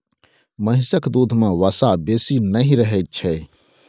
महिषक दूध में वसा बेसी नहि रहइ छै